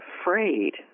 afraid